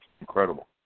incredible